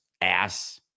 ass